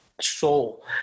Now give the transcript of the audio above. Soul